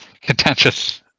Contentious